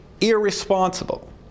irresponsible